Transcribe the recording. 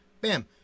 Bam